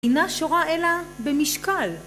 אינה שורה אלא במשקל